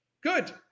good